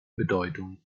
bedeutung